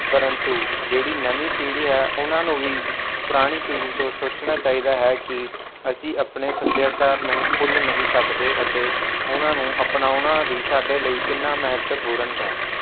ਪਰੰਤੂ ਜਿਹੜੀ ਨਵੀਂ ਪੀੜ੍ਹੀ ਹੈ ਉਹਨਾਂ ਨੂੰ ਵੀ ਪੁਰਾਣੀ ਪੀੜ੍ਹੀ ਤੋਂ ਸੋਚਣਾ ਚਾਹੀਦਾ ਹੈ ਕਿ ਅਸੀਂ ਆਪਣੇ ਸੱਭਿਆਚਾਰ ਨੂੰ ਭੁੱਲ ਨਹੀਂ ਸਕਦੇ ਅਤੇ ਉਨ੍ਹਾਂ ਨੂੰ ਅਪਣਾਉਣਾ ਵੀ ਸਾਡੇ ਲਈ ਕਿੰਨਾ ਮਹੱਤਵਪੂਰਨ ਹੈ